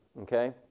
okay